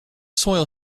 soil